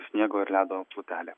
sniego ir ledo plutelė